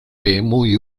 muy